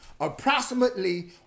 Approximately